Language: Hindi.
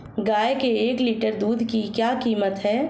गाय के एक लीटर दूध की क्या कीमत है?